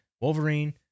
Wolverine